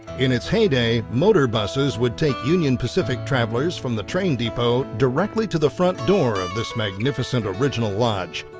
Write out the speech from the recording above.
in its heyday motor buses would take union pacific travelers from the train depot directly to the front door of this magnificent original lodge.